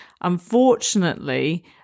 unfortunately